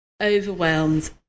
overwhelmed